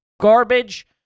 garbage